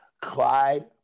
Clyde